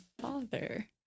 father